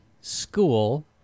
school